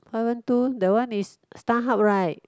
five one two that one is Starhub right